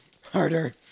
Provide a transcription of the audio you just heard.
Harder